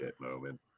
moment